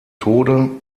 tode